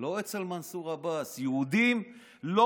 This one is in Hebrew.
לא אצל מנסור עבאס, יהודים לא